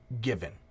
given